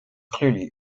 clearly